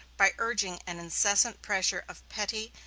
by urging an incessant pressure of petty,